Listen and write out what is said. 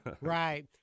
Right